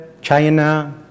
China